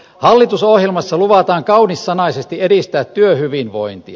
hallitusohjelmassa luvataan kaunissanaisesti edistää työhyvinvointia